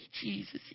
Jesus